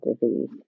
disease